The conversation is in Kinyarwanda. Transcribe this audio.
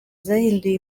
zahinduye